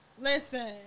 Listen